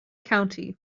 county